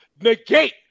negate